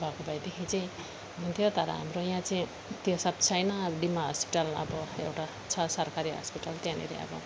भएको भएदेखि चाहिँ हुन्थ्यो तर हाम्रो यहाँ चाहिँ त्यो सब छैन अब डिमा हस्पिटल अब एउटा छ सरकारी हस्पिटल त्यहाँनेरि अब